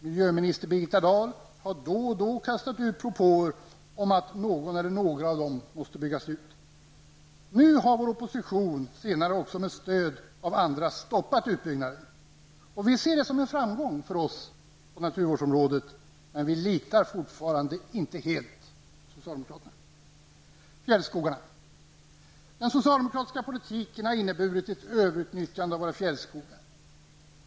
Miljöminister Birgitta Dahl har då och då kastat fram propåer om att någon eller några av dem måste byggas ut. Nu har vår opposition, senare också med stöd av andra, stoppat utbyggnaden. Vi ser det som en framgång, men vi litar ännu inte helt på socialdemokraterna. Den socialdemokratiska politiken har inneburit ett överutnyttjande av våra fjällskogar.